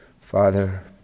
Father